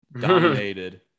dominated